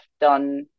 done